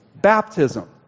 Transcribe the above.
Baptism